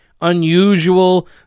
unusual